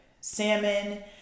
salmon